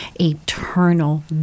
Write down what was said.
eternal